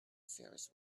ferris